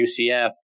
UCF